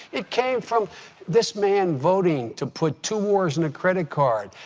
it came from this man voting to put two wars in a credit card,